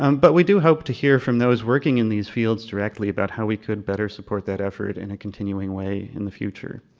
um but we do hope to hear from those working in these fields directly about how we could better support that effort in a continuing way in the future.